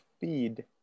feed